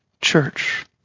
church